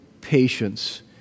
patience